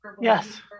yes